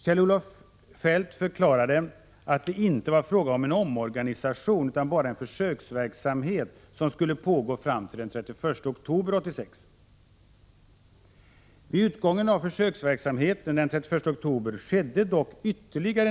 Kjell-Olof Feldt förklarade då att det inte var fråga om någon omorganisation utan bara en försöksverksamhet som skulle pågå = SR ytterligare neddragningar, som jag här tidigare har visat.